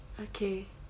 okay